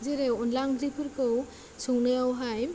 जेरै अनला ओंख्रिफोरखौ संनायावहाय